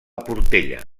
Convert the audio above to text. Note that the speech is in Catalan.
portella